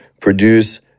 produce